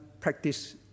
practice